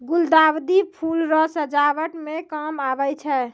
गुलदाउदी फूल रो सजावट मे काम आबै छै